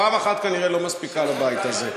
פעם אחת כנראה לא מספיקה לבית הזה.